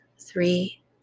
three